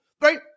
Right